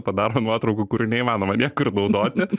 padaro nuotraukų kurių neįmanoma niekur naudoti